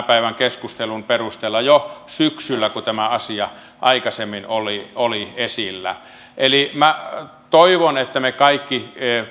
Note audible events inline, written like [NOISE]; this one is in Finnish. [UNINTELLIGIBLE] päivän keskustelun perusteella jo syksyllä kun tämä asia aikaisemmin oli oli esillä eli minä toivon että me kaikki